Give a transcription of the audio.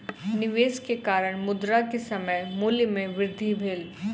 निवेश के कारण, मुद्रा के समय मूल्य में वृद्धि भेल